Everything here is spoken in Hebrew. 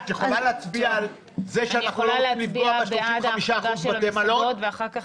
אני יכולה להצביע בעד ההחרגה של המסעדות ואחר כך